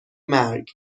مرگ